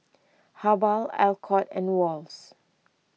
Habhal Alcott and Wall's